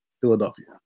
Philadelphia